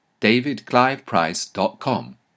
davidcliveprice.com